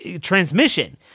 transmission